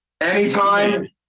anytime